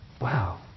wow